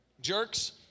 Jerks